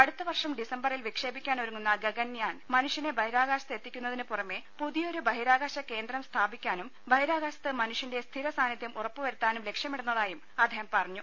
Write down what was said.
അടുത്ത വർഷം ഡിസംബറിൽ വിക്ഷേപിക്കാനൊരുങ്ങുന്ന ഗഗൻയാൻ മനുഷ്യനെ ബഹിരാകാശത്ത് എത്തിക്കുന്നതിന് പുറമെ പുതിയൊരു ബഹിരാകാശ കേന്ദ്രം സ്ഥാപിക്കാനും ബഹിരാകാശത്ത് മനുഷ്യന്റെ സ്ഥിരസാന്നിധ്യം ഉറപ്പു വരുത്താനും ലക്ഷ്യമിടുന്നതായും അദ്ദേഹം പറഞ്ഞു